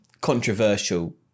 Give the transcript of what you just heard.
controversial